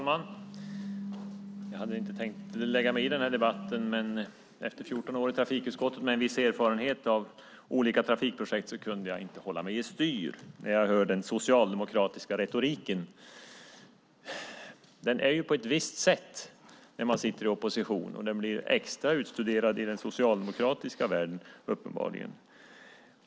Fru talman! Jag hade inte tänkt lägga mig i den här debatten, men efter 14 år i trafikutskottet med en viss erfarenhet av olika trafikprojekt kunde jag inte hålla mig i styr när jag hör den socialdemokratiska retoriken. Den är på ett visst sätt när man sitter i opposition. Den blir extra utstuderad i den socialdemokratiska världen uppenbarligen.